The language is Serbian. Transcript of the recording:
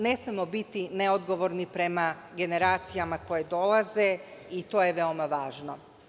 Ne smemo biti neodgovorni prema generacijama koje dolaze i to je veoma važno.